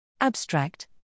Abstract